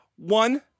One